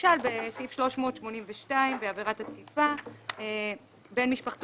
למשל סעיף 382 בעבירת התקיפה בן משפחה